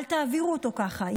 אל תעבירו אותו ככה,